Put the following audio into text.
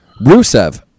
rusev